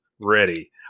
ready